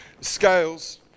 scales